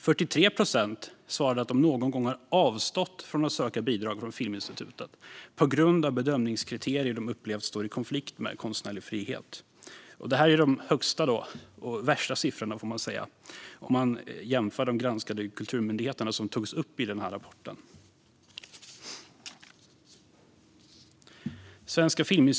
43 procent svarade att de någon gång avstått från att söka bidrag från Filminstitutet på grund av bedömningskriterier de upplevt stå i konflikt med konstnärlig frihet. Detta är de högsta och värsta siffrorna, ser man om man jämför de granskade kulturmyndigheter som togs upp i rapporten.